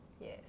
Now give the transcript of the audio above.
yes